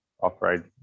off-road